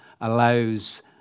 allows